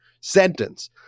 sentence